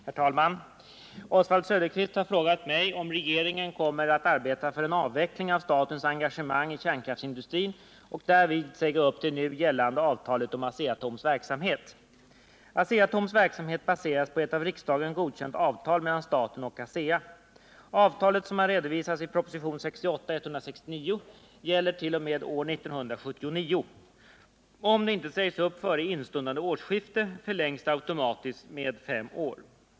Herr talman! Oswald Söderqvist har frågat mig om regeringen kommer att arbeta för en avveckling av statens engagemang i kärnkraftsindustrin och därvid säga upp det nu gällande avtalet om Asea-Atoms verksamhet. Asea-Atoms verksamhet baseras på ett av riksdagen godkänt avtal mellan staten och ASEA. Avtalet, som har redovisats i propositionen 1968:169, gäller t.o.m. år 1979. Om det inte sägs upp före instundande årsskifte, förlängs det automatiskt med fem år.